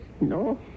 no